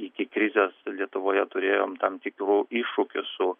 iki krizės lietuvoje turėjom tam tikrų iššūkių su